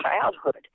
childhood